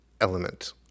element